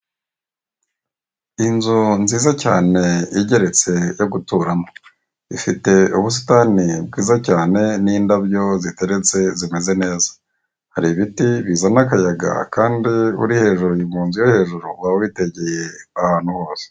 Inzu nziza cyane igeretse yo guturamo, ifite ubusitani bwiza cyane n'indabyo ziteretse zimeze neza, hari ibiti bizana akayaga kandi uri hejuru, mu nzu yo hejuru waba witegeye ahantu hose.